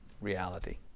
reality